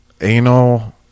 Anal